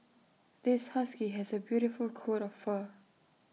this husky has A beautiful coat of fur